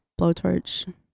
Blowtorch